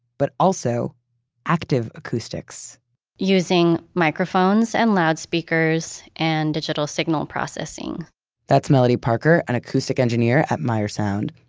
but also active acoustics using microphones and loudspeakers and digital signal processing that's melody parker, an acoustic engineer at meyer sound.